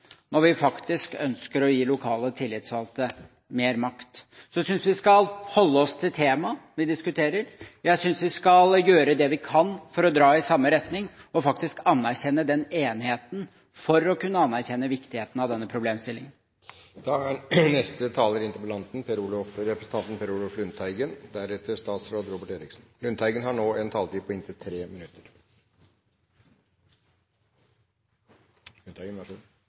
når vi faktisk ønsker å gi lokale tillitsvalgte mer makt. Jeg synes vi skal holde oss til det temaet vi diskuterer. Jeg synes vi skal gjøre det vi kan for å dra i samme retning, anerkjenne hva vi er enige om, for slik å kunne anerkjenne viktigheten av denne problemstillingen.